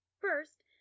First